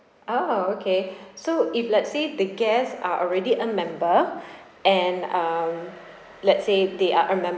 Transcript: orh okay so if let's say the guests are already a member and um let say they are a